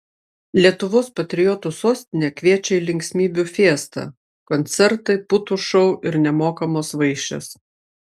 lietuvos patriotų sostinė kviečia į linksmybių fiestą koncertai putų šou ir nemokamos vaišės